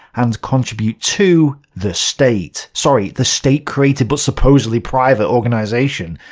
and contribute to, the state. sorry the state-created but supposedly private organization.